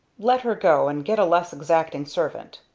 let her go, and get a less exacting servant.